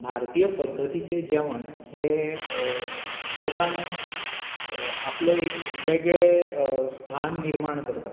भारतीय पध्दतीचें जेवण हें जगांत आपलो एक वेगळें स्थान निर्माण करता